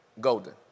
golden